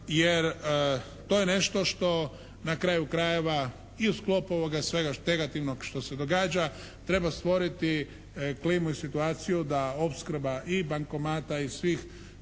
jer to je nešto što na kraju krajeva i u sklopu ovoga svega negativnog što se događa treba stvoriti klimu i situaciju da opskrba i bankomata i svih